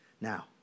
Now